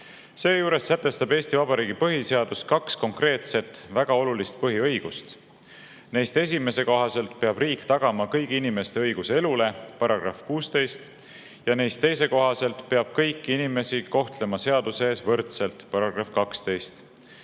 eest. Seejuures sätestab Eesti Vabariigi põhiseadus kaks konkreetset väga olulist põhiõigust. Neist esimese kohaselt peab riik tagama kõigi inimeste õiguse elule –§ 16 – ja neist teise kohaselt peab kõiki inimesi kohtlema seaduse ees võrdselt –§ 12.